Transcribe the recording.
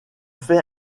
fait